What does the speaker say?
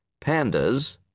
Pandas